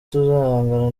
tuzahangana